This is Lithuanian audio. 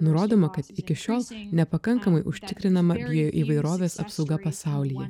nurodoma kad iki šiol nepakankamai užtikrinama bioįvairovės apsauga pasaulyje